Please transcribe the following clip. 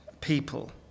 people